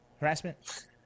harassment